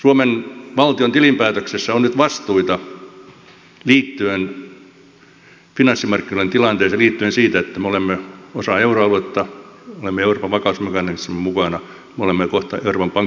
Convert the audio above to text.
suomen valtion tilinpäätöksessä on nyt vastuita liittyen finanssimarkkinoiden tilanteeseen liittyen siihen että olemme osa euroaluetta olemme euroopan vakausmekanismissa mukana me olemme kohta euroopan pankkiunionissa mukana